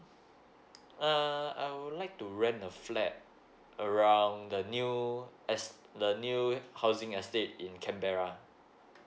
uh I would like to rent a flat around the new as the new housing estate in canberra